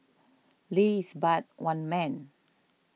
Lee is but one man